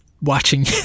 watching